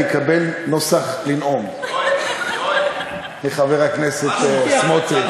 אקבל נוסח לנאום מחבר הכנסת סמוטריץ.